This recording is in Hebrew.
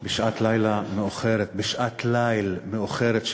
בשעת ליל מאוחרת שכזו